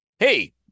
Hey